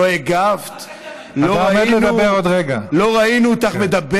לא הגבת, לא ראינו, רק אתם הייתם.